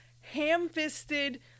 ham-fisted